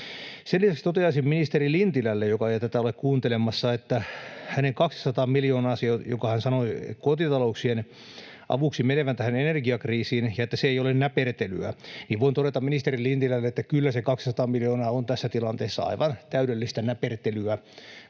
Sen lisäksi toteaisin ministeri Lintilälle, joka ei tätä ole kuuntelemassa, että hänen 200 miljoonaansa, jonka hän sanoi kotitalouksien avuksi menevän tähän energiakriisiin ja josta sanoi, että se ei ole näpertelyä, kyllä se 200 miljoonaa on tässä tilanteessa aivan täydellistä näpertelyä